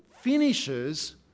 finishes